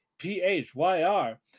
P-H-Y-R